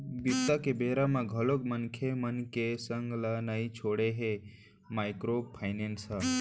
बिपदा के बेरा म घलोक मनखे मन के संग ल नइ छोड़े हे माइक्रो फायनेंस ह